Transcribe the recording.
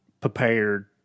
prepared